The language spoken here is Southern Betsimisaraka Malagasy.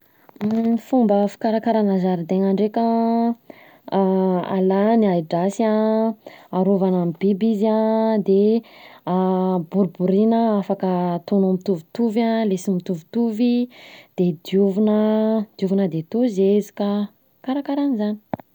Ny fomba fikarakarana zaridaina ndreka, alana ny ahi-drasy arovana amin'ny biby izy an, de boriborina afaka ataonao mitovy an, le tsy mitovitovy de diovina, diovina de atao zezika an, karakaranzany.